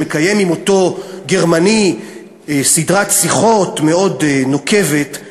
שמנהל עם אותו גרמני סדרת שיחות מאוד נוקבת,